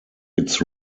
its